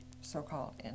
so-called